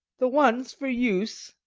the one's for use,